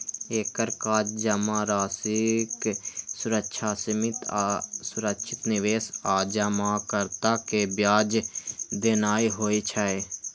एकर काज जमाराशिक सुरक्षा, सीमित आ सुरक्षित निवेश आ जमाकर्ता कें ब्याज देनाय होइ छै